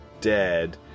dead